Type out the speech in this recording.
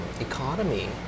economy